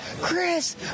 Chris